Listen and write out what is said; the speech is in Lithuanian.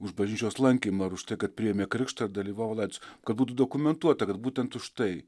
už bažnyčios lankymą ar už tai kad priėmė krikštą ir dalyvavo laidotuvėse kad būtų dokumentuota kad būtent už tai